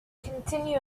continue